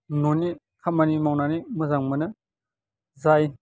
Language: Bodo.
न'नि खामानि मावनानै मोजां मोनो जाय